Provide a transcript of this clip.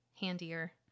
handier